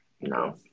No